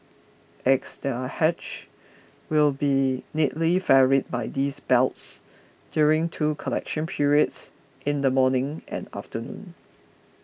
eggs that are hatched will be neatly ferried by these belts during two collection periods in the morning and afternoon